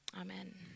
Amen